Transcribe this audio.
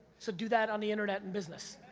so do that on the internet and business.